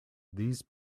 these